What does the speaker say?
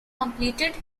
completed